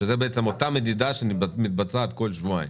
שזה בעצם אותה מדידה שמתבצעת כל שבועיים,